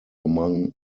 among